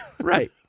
Right